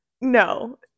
No